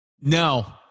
No